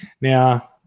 Now